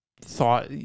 thought